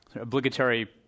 obligatory